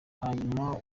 hanyuma